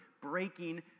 breaking